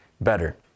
better